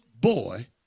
Boy